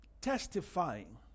testifying